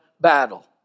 battle